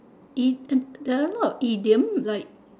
E the there are a lot of idiom like